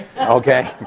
Okay